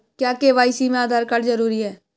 क्या के.वाई.सी में आधार कार्ड जरूरी है?